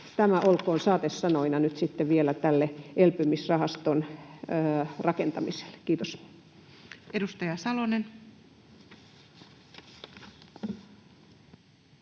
Tämä olkoon saatesanoina nyt vielä tälle elpymisrahaston rakentamiselle. — Kiitos. [Speech